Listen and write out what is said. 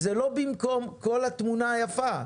וזה לא במקום כל התמונה היפה,